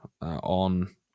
on